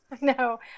No